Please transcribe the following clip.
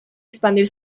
expandir